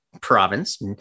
province